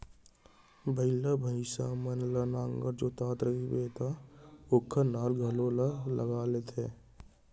बइला, भईंसा मन ल नांगर जोतत रइबे त ओकर नाल घलौ ल लाग देथे